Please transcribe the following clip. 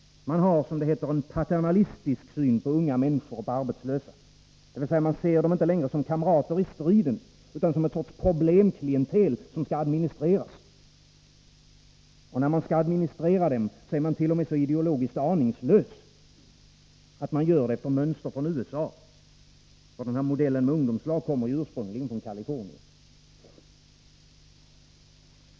Man har, som det heter, en paternalistisk syn på unga människor och på arbetslösa, dvs. man ser dem inte längre som kamrater i striden utan som någon sorts problemklientel som skall administreras. Och när man skall administrera dem är man t.o.m. så ideologiskt aningslös att man gör det efter mönster från USA — för modellen med ungdomslag kommer ju ursprungligen från Kalifornien.